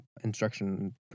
Instruction